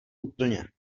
úplně